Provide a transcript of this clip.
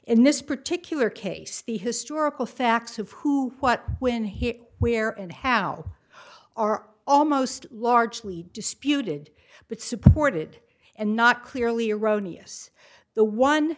in this particular case the historical facts of who what when hit where and how are almost largely disputed but supported and not clearly erroneous the one